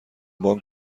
بانک